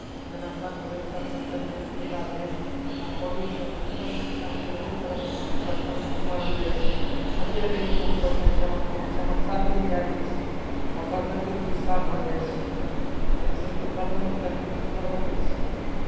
जेना सर्फ भेल Surf Excel भेल भिम बार भेल आ कोलीनसभ भेल ईसभ जे छै से अहाँकेँ बहुत तरहसँ बरतन माँजल जाइत छै ओहिमे तेलके एक बहुत बढ़िआँ चमक मने चमक साफे मिटाए दै छै आओर बरतन बिलकुल साफ भऽ जाइत छै तऽ एहिसँ लोक बरतन देखयमे सुन्दर बनै छै